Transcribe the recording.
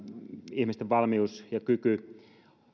ihmisten valmius ja kyky